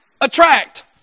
attract